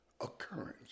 occurrence